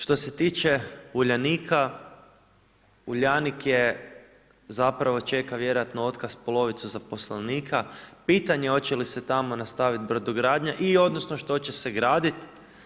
Što se tiče Uljanika, Uljanik je zapravo čeka vjerojatno otkaz polovicu zaposlenika, pitanje je hoće li se tamo nastaviti brodogradnja i odnosno što će se graditi.